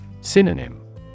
Synonym